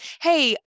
hey